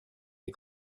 les